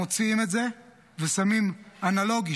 מוציאים את זה ושמים אנלוגי,